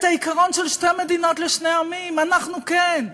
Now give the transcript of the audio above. את העיקרון של שתי מדינות לשני עמים, אנחנו כן,